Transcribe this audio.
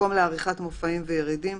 מקום לעריכת מופעים וירידים,